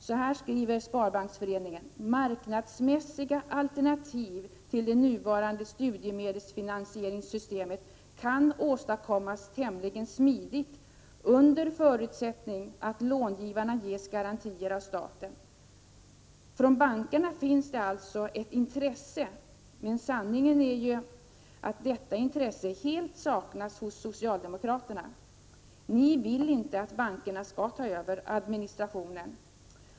Så här skriver Sparbanksföreningen: ”Marknadsmässiga alternativ till det nuvarande studiemedelsfinansieringssystemet kan åstadkommas tämligen smidigt under förutsättning att långivarna ges garantier av staten.” 7n Från bankerna finns alltså ett intresse. Men sanningen är att detta intresse helt saknas hos socialdemokraterna. Ni vill inte att bankerna skall ta över administrationen.